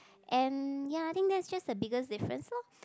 and ya I think that's just the biggest difference lor